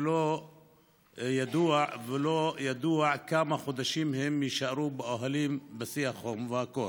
ולא ידוע כמה חודשים הם יישארו באוהלים בשיא החום והקור.